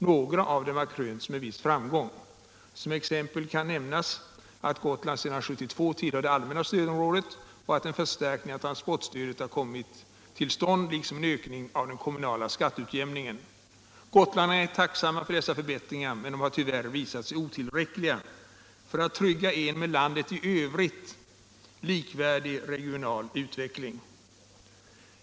Några av dem har krönts med viss framgång. Som exempel kan nämnas att Gotland sedan 1972 tillhör det allmänna stödområdet och att en förstärkning av transportstödet har kommit till stånd liksom en ökning av den kommunala skatteutjämningen. Gotlänningarna är tacksamma för dessa förbättringar, men de har tyvärr visat sig otillräckliga för att trygga en regional utveckling, likvärdig med utvecklingen i landet i övrigt.